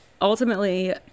ultimately